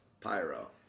Pyro